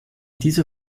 diese